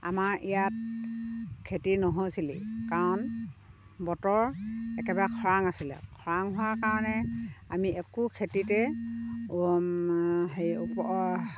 আমাৰ ইয়াত খেতি নহৈছিলেই কাৰণ বতৰ একেবাৰে খৰাং আছিলে খৰাং হোৱা কাৰণে আমি একো খেতিতে